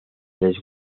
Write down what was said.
les